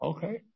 Okay